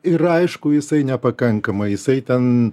ir aišku jisai nepakankamai jisai ten